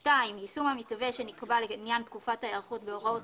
(2) יישום המתווה שנקבע לעניין תקופת ההיערכות בהוראות